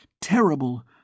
terrible